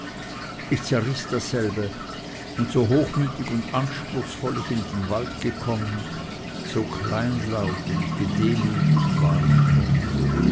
ich zerriß dasselbe und so hochmütig und anspruchsvoll ich in den wald gekommen so kleinlaut und gedemütigt war ich nun